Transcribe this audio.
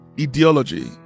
ideology